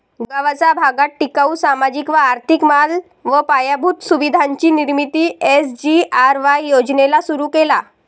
गगावाचा भागात टिकाऊ, सामाजिक व आर्थिक माल व पायाभूत सुविधांची निर्मिती एस.जी.आर.वाय योजनेला सुरु केला